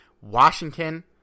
Washington